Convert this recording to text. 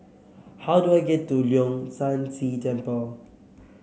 how do I get to Leong San See Temple